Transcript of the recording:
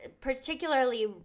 particularly